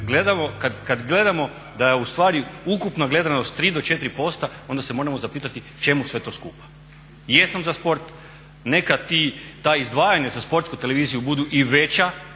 kad gledamo da je ustvari ukupna gledanost 3 do 4% onda se moramo zapitati čemu sve to skupa? Jesam za sport, neka ta izdvajanja za Sportsku televiziju budu i veća